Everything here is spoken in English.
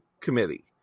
committee